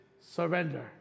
surrender